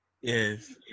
Yes